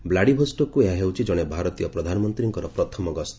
ଭ୍ଲାଡିଭୋଷ୍ଟକ୍କୁ ଏହା ହେଉଛି ଜଣେ ଭାରତୀୟ ପ୍ରଧାନମନ୍ତ୍ରୀଙ୍କର ପ୍ରଥମ ଗସ୍ତ